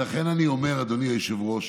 לכן אני אומר, אדוני היושב-ראש,